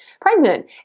pregnant